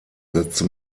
setzte